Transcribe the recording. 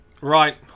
Right